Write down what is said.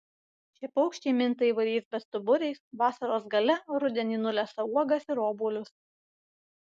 šie paukščiai minta įvairiais bestuburiais vasaros gale rudenį nulesa uogas ir obuolius